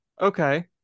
okay